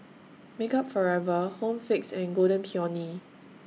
Makeup Forever Home Fix and Golden Peony